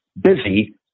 busy